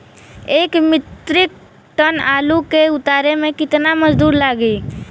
एक metric ton आलू के उतारे मे कितना मजदूर लागि?